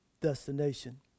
destination